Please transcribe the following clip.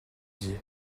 dit